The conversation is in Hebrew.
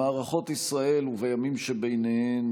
במערכות ישראל ובימים שביניהן,